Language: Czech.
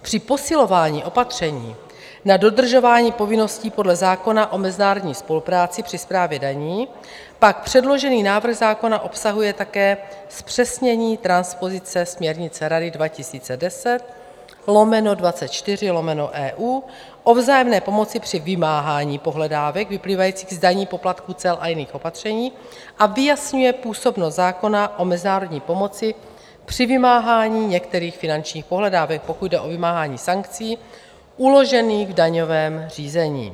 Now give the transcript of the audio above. Při posilování opatření na dodržování povinností podle zákona o mezinárodní spolupráci při správě daní pak předložený návrh zákona obsahuje také zpřesnění transpozice směrnice Rady 2010/24/EU o vzájemné pomoci při vymáhání pohledávek vyplývajících z daní, poplatků, cel a jiných opatření a vyjasňuje působnost zákona o mezinárodní pomoci při vymáhání některých finančních pohledávek, pokud jde o vymáhání sankcí uložených v daňovém řízení.